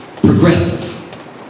Progressive